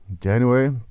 January